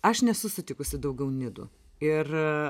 aš nesu sutikusi daugiau nidų ir